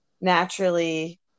naturally